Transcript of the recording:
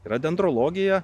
yra dendrologija